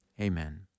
Amen